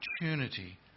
opportunity